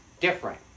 different